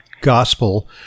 gospel